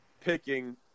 picking